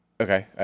Okay